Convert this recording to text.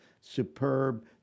superb